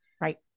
Right